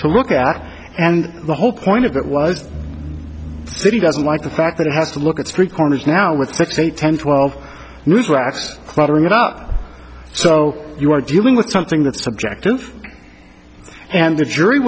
to look at and the whole point of that was the city doesn't like the fact that it has to look at street corners now with six eight ten twelve new slabs cluttering it up so you are dealing with something that's subjective and the jury